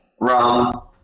rum